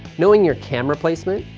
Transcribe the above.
knowing your camera placement,